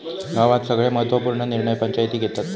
गावात सगळे महत्त्व पूर्ण निर्णय पंचायती घेतत